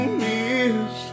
miss